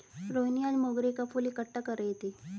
रोहिनी आज मोंगरे का फूल इकट्ठा कर रही थी